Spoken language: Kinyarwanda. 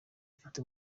bafite